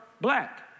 black